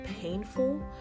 painful